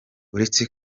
uretse